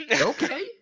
Okay